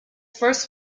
first